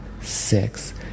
six